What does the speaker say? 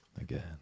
Again